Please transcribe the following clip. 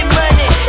money